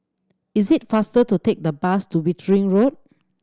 is it faster to take the bus to Wittering Road